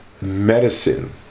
medicine